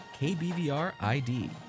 KBVRID